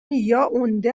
یائونده